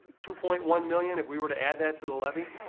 two point one million, if we were to add that to the levy.